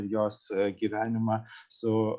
jos gyvenimą su